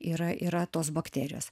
yra yra tos bakterijos